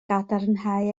gadarnhau